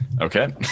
Okay